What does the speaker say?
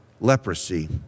leprosy